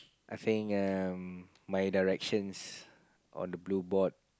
I think um my directions on the blue board